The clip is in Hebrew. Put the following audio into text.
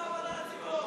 תפסיקו לעבוד על הציבור.